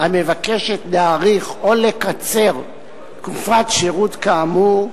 המבקשת להאריך או לקצר תקופת שירות כאמור,